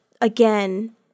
again